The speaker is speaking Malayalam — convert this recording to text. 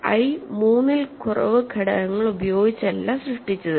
ഐ മൂന്നിൽ കുറവ് ഘടകങ്ങൾ ഉപയോഗിച്ചല്ല സൃഷ്ടിച്ചത്